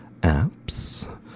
apps